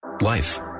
Life